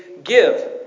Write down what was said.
Give